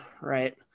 right